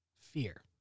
fear